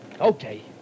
Okay